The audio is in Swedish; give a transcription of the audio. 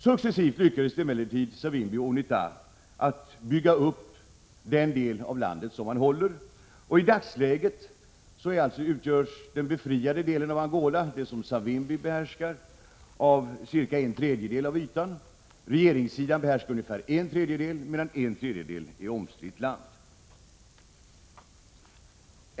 Successivt lyckades emellertid Savimbi och UNITA bygga upp den del av landet som man håller, och i dagsläget utgörs den befriade delen av Angola — den del som Savimbi behärskar — av cirka en tredjedel av ytan. Regeringssidan behärskar ungefär en tredjedel, medan den återstående tredjedelen är omstritt land.